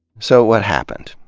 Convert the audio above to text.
so, what happened.